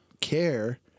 care